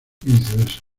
viceversa